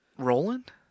Roland